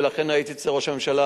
ולכן הייתי אצל ראש הממשלה,